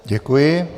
Děkuji.